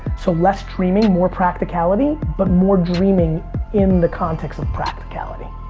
so less dreaming more practicality but more dreaming in the context of practicality.